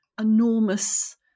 enormous